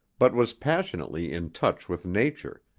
but was passionately in touch with nature,